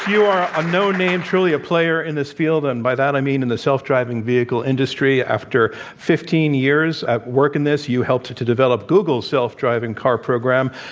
are a known name, truly a player in this field, and by that i mean in the self-driving vehicle industry after fifteen years of work in this you helped to to develop google's self-driving car program.